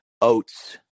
oats